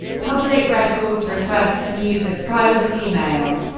public-records requests and use of private email